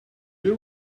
you